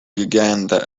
uganda